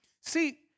See